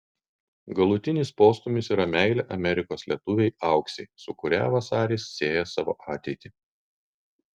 galutinis postūmis yra meilė amerikos lietuvei auksei su kuria vasaris sieja savo ateitį